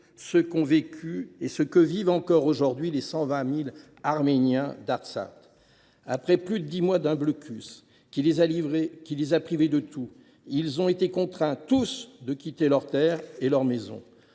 ce qu’ont vécu et que vivent encore les 120 000 Arméniens d’Artsakh. Après plus de dix mois d’un blocus qui les a privés de tout, tous ont été contraints de quitter leur terre et leur maison.